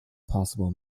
possible